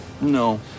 No